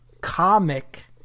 comic